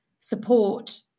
support